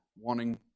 wanting